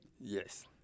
Yes